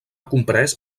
comprès